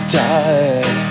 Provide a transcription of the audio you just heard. die